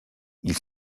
ils